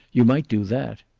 you might do that.